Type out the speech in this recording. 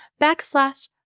backslash